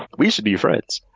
we should be friends!